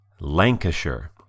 Lancashire